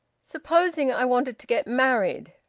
supposing i wanted to get married?